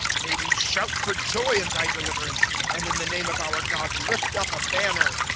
may we shout for joy in thy deliverance, and in the name of our god lift up a banner.